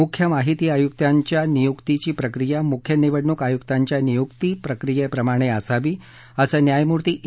मुख्य माहिती आयुक्तांच्या नियुक्तीची प्रक्रिया मुख्य निवडणूक आयुक्तांच्या नियुक्ती प्रक्रियेप्रमाणे असावी असं न्यायमूर्ती ए